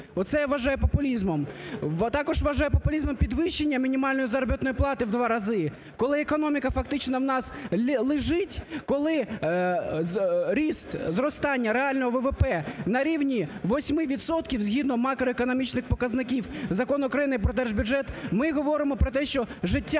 це я вважаю популізмом. Також вважаю популізмом підвищення мінімальної заробітної плати у 2 рази, коли економіка фактично у нас лежить, коли ріст, зростання реального ВВП на рівні 8 відсотків згідно макроекономічних показників Закон України про Держбюджет, ми говоримо про те, що життя